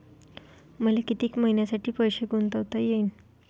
मले कितीक मईन्यासाठी पैसे गुंतवता येईन?